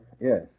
Yes